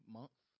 month